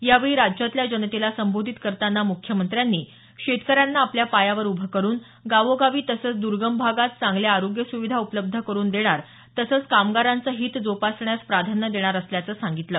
यावेळी राज्यातल्या जनतेला संबोधित करताना मुख्यमंत्र्यांनी शेतकऱ्यांना आपल्या पायावर उभं करुन गावोगावी तसचं दर्गम भागात चांगल्या आरोग्य सुविधा उपलब्ध करून देणार तसचं कामगारांचं हित जोपासण्यास प्राधान्य देणार असल्याचं सांगितलं